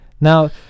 Now